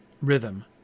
rhythm